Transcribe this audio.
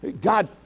God